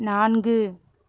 நான்கு